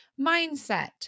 mindset